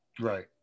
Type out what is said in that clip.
Right